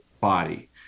body